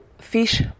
fish